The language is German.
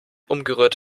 umgerührt